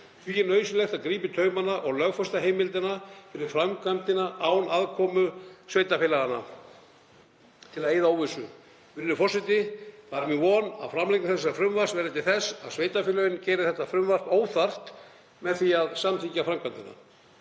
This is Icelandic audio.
Því er nauðsynlegt að grípa í taumana og lögfesta heimild fyrir framkvæmdina án aðkomu sveitarfélaganna, til að eyða óvissu. Virðulegi forseti. Það er von mín að framlagning þessa frumvarps verði til þess að sveitarfélögin geri þetta frumvarp óþarft með því að samþykkja framkvæmdina.